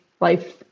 life